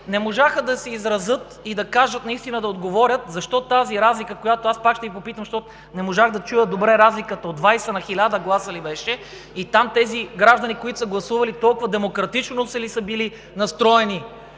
не можаха да се изразят и да кажат, наистина да отговорят, защо тази разлика – аз пак ще Ви попитам, защото не можах да чуя добре разликата – от 20 на 1000 гласа ли беше, и там тези граждани, които са гласували, толкова демократично ли са били настроени